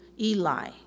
Eli